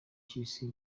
cy’isi